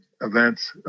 events